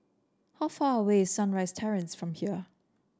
how far away is Sunrise Terrace from here